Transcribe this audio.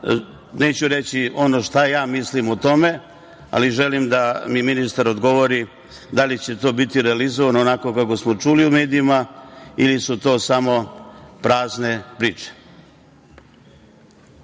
Neću reći šta ja mislim o tome, ali želim da mi ministar odgovori – da li će to biti realizovano onako kako smo čuli u medijima ili su to samo prazne priče?